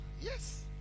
Yes